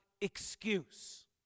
excuse